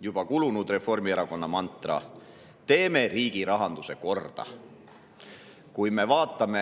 juba kulunud Reformierakonna mantra: teeme riigi rahanduse korda. Kui me vaatame